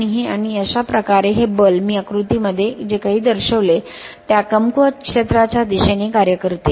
आणि हे आणि अशाप्रकारे हे बल मी आकृतीमध्ये जे काही दर्शविले त्या कमकुवत क्षेत्रा च्या दिशेने कार्य करते